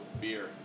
beer